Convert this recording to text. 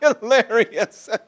Hilarious